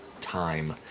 time